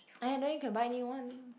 !aiya! then you can buy new one